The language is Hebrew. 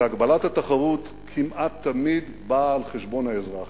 והגבלת התחרות כמעט תמיד באה על חשבון האזרח,